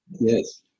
Yes